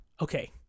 okay